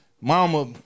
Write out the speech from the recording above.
Mama